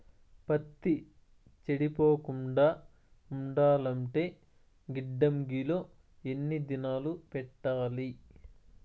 పత్తి చెడిపోకుండా ఉండాలంటే గిడ్డంగి లో ఎన్ని దినాలు పెట్టాలి?